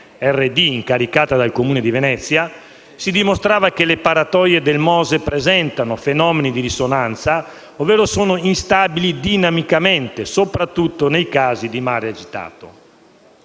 si dimostrava che le paratoie del MOSE presentano fenomeni di risonanza, ovvero sono instabili dinamicamente, soprattutto nei casi di mare agitato.